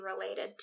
related